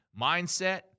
mindset